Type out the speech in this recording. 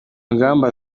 ngamba